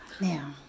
Now